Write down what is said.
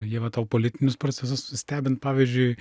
ieva tau politinius procesus stebint pavyzdžiui